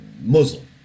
muslim